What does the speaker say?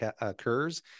occurs